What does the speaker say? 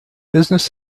business